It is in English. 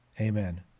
Amen